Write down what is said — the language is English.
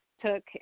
took